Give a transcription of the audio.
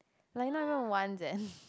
like not even once leh